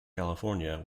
california